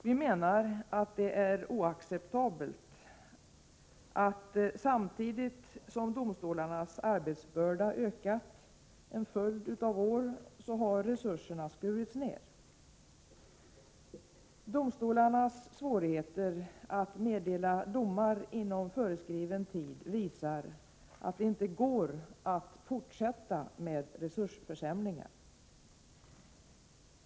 Vi menar att det är oacceptabelt att resurserna skurits ned, samtidigt som domstolarnas arbetsbörda ökat under en följd av år. Domstolarnas svårigheter att meddela domar inom föreskriven tid visar att det inte går att fortsätta med resursförsämringar.